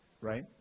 right